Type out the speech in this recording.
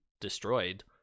destroyed